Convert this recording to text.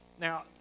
now